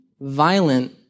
violent